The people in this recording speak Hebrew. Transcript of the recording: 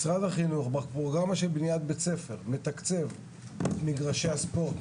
משרד החינוך בפרוגרמה של בניית בית-ספר מתקצב את מגרשי הספורט,